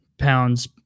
Pounds